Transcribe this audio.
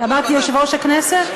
אמרתי "יושב-ראש הכנסת"?